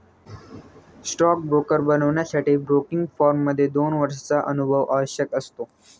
stock broker बनण्यासाठी broking firm मध्ये दोन वर्षांचा अनुभव आवश्यक असतो